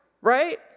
right